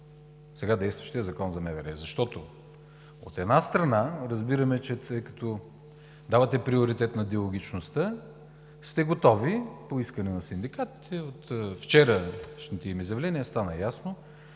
сега действащия закон за МВР? Защото, от една страна, разбираме, че тъй като давате приоритет на диалогичността, сте готови по искане на синдикатите, от вчерашните им изявления стана ясно,